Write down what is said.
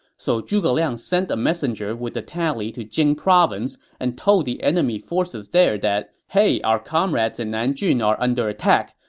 so zhuge liang sent a messenger with the tally to jing province and told the enemy forces there that, hey, our comrades in nanjun are under attack.